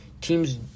teams